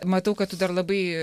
matau kad tu dar labai